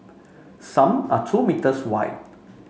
some are two meters wide